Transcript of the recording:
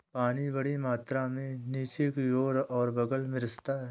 पानी बड़ी मात्रा में नीचे की ओर और बग़ल में रिसता है